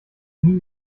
nie